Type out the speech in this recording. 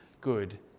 good